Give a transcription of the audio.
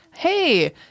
hey